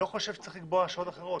חושב שצריך לקבוע שעות אחרות.